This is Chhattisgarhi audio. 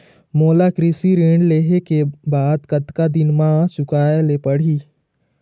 मोला कृषि ऋण लेहे के बाद कतका दिन मा चुकाए ले पड़ही?